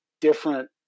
different